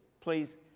please